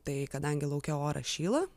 tai kadangi lauke oras šyla